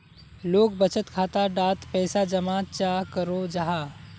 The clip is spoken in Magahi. लोग बचत खाता डात पैसा जमा चाँ करो जाहा?